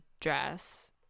dress